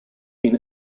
been